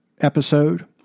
episode